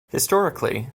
historically